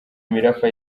mirafa